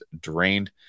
drained